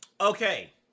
Okay